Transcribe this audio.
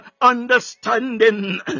understanding